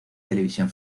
televisión